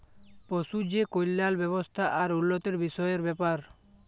পশু যে কল্যাল ব্যাবস্থা আর উল্লতির বিষয়ের ব্যাপার